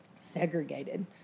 Segregated